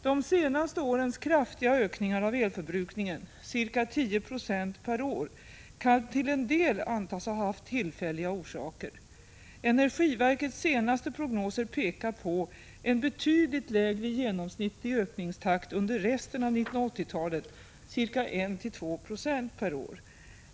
De senaste årens kraftiga ökningar av elförbrukningen, ca 10 96 per år, kan till en del antas ha haft tillfälliga orsaker. Energiverkets senaste prognoser pekar på en betydligt lägre genomsnittlig ökningstakt under resten av 1980-talet, 1-2 20 per år.